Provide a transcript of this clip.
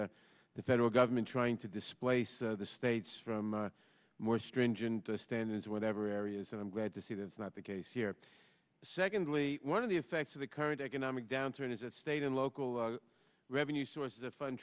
the federal government trying to displace the states from more stringent standards whatever areas and i'm glad to see that's not the case here secondly one of the effects of the current economic downturn is that state and local revenue sources